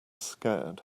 scared